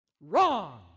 Wrong